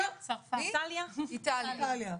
איטליה.